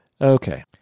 Okay